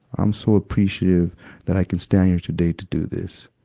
i'm so appreciative that i can stand here today to do this.